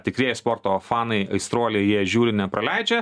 tikrieji sporto fanai aistruoliai jie žiūri nepraleidžia